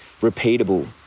repeatable